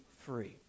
free